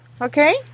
okay